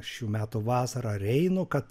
šių metų vasarą reinu kad